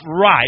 right